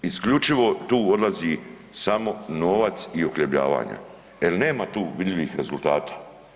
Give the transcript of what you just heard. Isključivo tu odlazi samo novac i uhljebljavanje jel nema tu vidljivih rezultata.